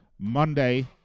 Monday